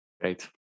Great